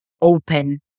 open